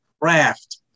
craft